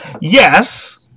Yes